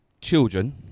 children